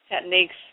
techniques